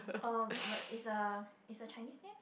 oh but it's a it's a Chinese name